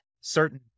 certain